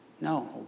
No